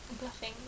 bluffing